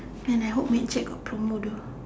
man I hope mad jack got promo though